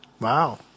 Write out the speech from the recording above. Wow